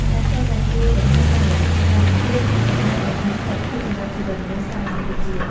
ដែលធ្លាប់តែជួយរក្សាតុល្យភាពសីតុណ្ហភាព និងសំណើមឱ្យមានស្ថិរភាពសម្រាប់ជីវិតមនុស្ស សត្វ និងរុក្ខជាតិ។